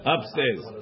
Upstairs